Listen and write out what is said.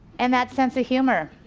and that sense of humor,